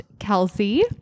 Kelsey